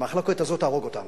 המחלוקת הזאת תהרוג אותנו.